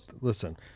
listen